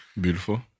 Beautiful